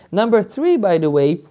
number three, by the way,